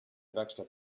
werkstatt